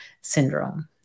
syndrome